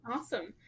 Awesome